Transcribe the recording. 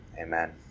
amen